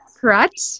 correct